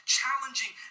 challenging